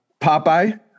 popeye